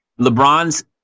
LeBron's